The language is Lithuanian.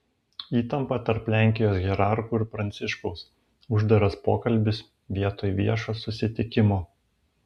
įtampa tarp lenkijos hierarchų ir pranciškaus uždaras pokalbis vietoj viešo susitikimo